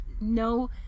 no